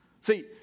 See